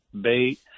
bait